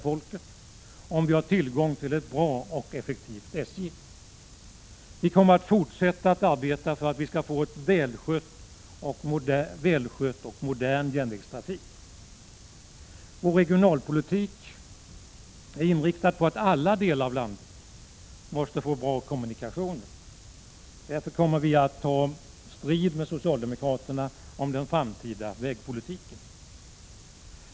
folket om vi har tillgång till ett bra och effektivt SJ. Vi kommer att fortsätta att arbeta för att vi skall få en välskött och modern järnvägstrafik. Vår regionalpolitik är inriktad på att alla delar av landet måste få bra kommunikationer. Därför kommer vi att ta strid med socialdemokraterna om den framtida vägpolitiken.